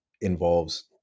involves